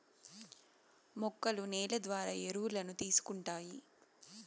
మొక్కలు నేల ద్వారా ఎరువులను తీసుకుంటాయి